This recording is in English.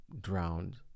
drowned